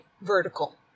vertical